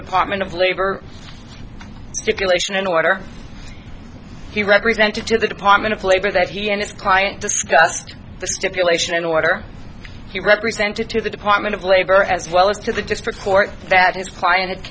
department of labor relations and order he represented to the department of labor that he and his client discussed the stipulation in order he represented to the department of labor as well as to the district court that his client